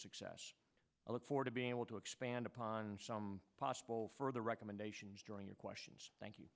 success i look forward to being able to expand upon some possible further recommendations during your questions thank you